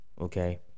okay